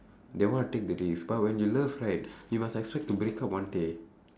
they want to take the risk but when you love right you must expect to break up one day